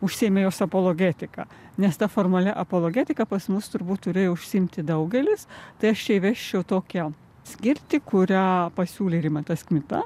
užsiėmė jos apologetika nes ta formalia apologetika pas mus turbūt turėjo užsiimti daugelis tai aš čia įvesčiau tokią skirtį kurią pasiūlė rimantas kmita